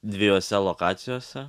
dviejose lokacijose